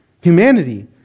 Humanity